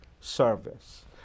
service